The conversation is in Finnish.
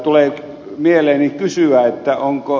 tulee mieleeni kysyä onko ed